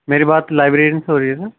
میری بات لائبریرین سے ہو رہی ہے سر